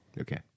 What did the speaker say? Okay